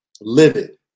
livid